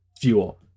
fuel